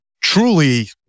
truly